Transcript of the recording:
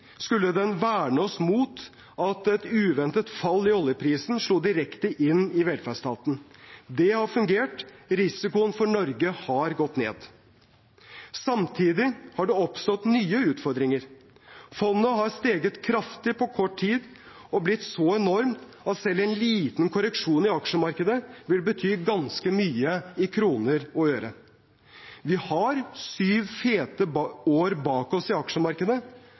skulle den verne oss mot at et uventet fall i oljeprisen slo direkte inn i velferdsstaten. Det har fungert. Risikoen for Norge har gått ned. Samtidig har det oppstått nye utfordringer. Fondet har steget kraftig på kort tid og blitt så enormt at selv en liten korreksjon i aksjemarkedet vil bety ganske mye i kroner og øre. Vi har nå syv fete år bak oss i aksjemarkedet.